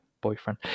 boyfriend